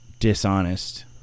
dishonest